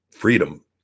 freedom